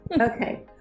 Okay